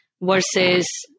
versus